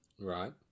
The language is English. Right